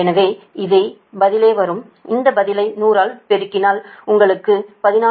எனவே அதே பதிலே வரும்அந்த பதிலை 100 ஆல் பெருக்கினாள் உங்களுக்கு 14